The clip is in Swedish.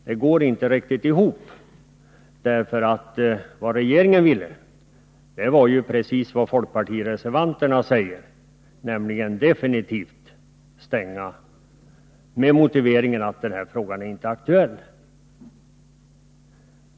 Det går inte riktigt ihop, för vad regeringen vill är ju precis detsamma som folkpartisterna anfört i det särskilda yttrandet, nämligen att man definitivt skall säga nej till vägkorridoren med motiveringen att frågan inte är aktuell.